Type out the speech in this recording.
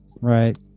Right